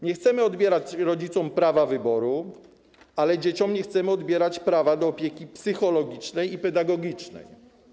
Nie chcemy odbierać rodzicom prawa wyboru, ale dzieciom nie chcemy odbierać prawa do opieki psychologicznej i pedagogicznej.